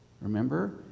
Remember